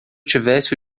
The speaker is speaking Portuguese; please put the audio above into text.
tivesse